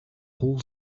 hol